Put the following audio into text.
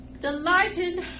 delighted